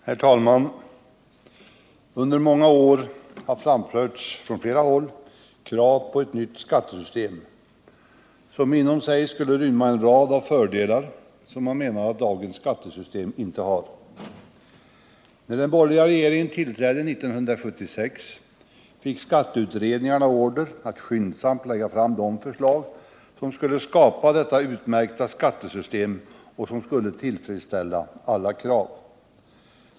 Herr talman! Under många år har från flera håll framförts krav på ett nytt skattesystem som inom sig skulle rymma en rad fördelar som man menade att dagens skattesystem inte har. När den borgerliga regeringen tillträdde 1976 fick skatteutredningarna order att skyndsamt lägga fram de förslag som skulle skapa detta utmärkta skattesystem och som skulle tillfredsställa alla krav.